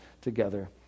together